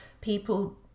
people